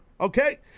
okay